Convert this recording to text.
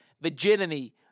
virginity